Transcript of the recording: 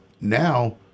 now